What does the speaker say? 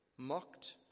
Mocked